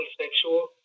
sexual